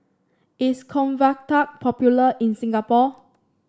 is Convatec popular in Singapore